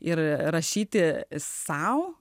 ir rašyti sau